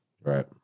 Right